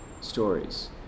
stories